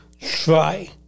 Try